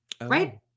Right